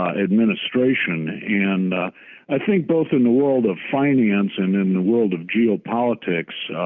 administration and i think both in the world of finance and in the world of geopolitics,